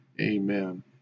Amen